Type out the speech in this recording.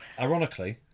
Ironically